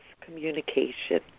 communication